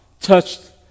touched